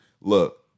Look